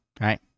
right